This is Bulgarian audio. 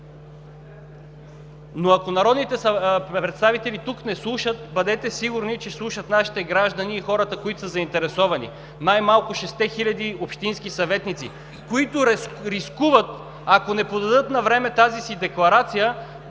Но ако народните представители тук не слушат, бъдете сигурни, че слушат нашите граждани и хората, които са заинтересовани – най-малко 6-те хиляди общински съветници, които рискуват, ако не подадат навреме тази декларация,